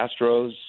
Astros